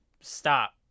stop